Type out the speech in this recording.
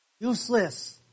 Useless